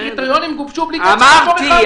שהקריטריונים גובשו בלי כל מבחן אמיתי,